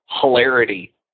hilarity